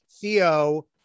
Theo